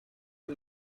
for